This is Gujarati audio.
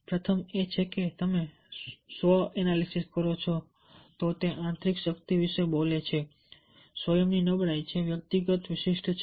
પ્રથમ એ છે કે તમે સ્વ વિશ્લેષણ કરો છો તો તે આંતરિક શક્તિ વિશે બોલે છે સ્વયંની નબળાઈ જે વ્યક્તિગત વિશિષ્ટ છે